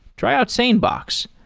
tryout sanebox.